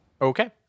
Okay